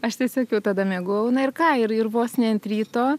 aš tiesiog jau tada miegojau na ir ką ir ir vos ne ant ryto